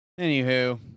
Anywho